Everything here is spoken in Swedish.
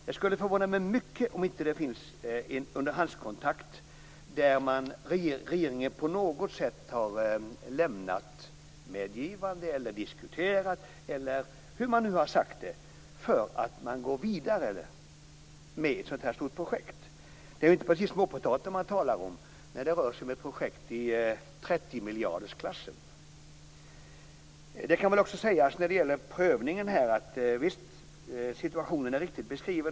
Det skulle förvåna mig mycket om det inte finns en underhandskontakt och om regeringen inte på något sätt har lämnat medgivande, diskuterat frågan, eller hur man nu har sagt, för att man skall gå vidare med ett sådant här stort projekt. Det är inte precis småpotatis man talar om när det rör sig om ett projekt i 30 miljardersklassen. Det kan väl också sägas, när det gäller prövningen, att situationen är riktigt beskriven.